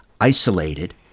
isolated